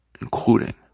including